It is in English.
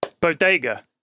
Bodega